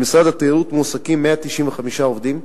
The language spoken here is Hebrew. במשרד התיירות מועסקים 195 עובדים,